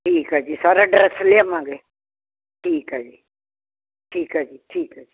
ਠੀਕ ਆ ਜੀ ਸਾਰਾ ਡਰੈਸ ਲਿਆਵਾਂਗੇ ਠੀਕ ਆ ਜੀ ਠੀਕ ਆ ਜੀ ਠੀਕ ਹ ਜੀ